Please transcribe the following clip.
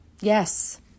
yes